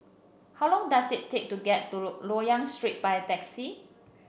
how long does it take to get to Loyang Street by taxi